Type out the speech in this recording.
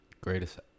greatest